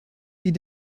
wie